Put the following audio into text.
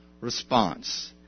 response